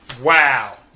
Wow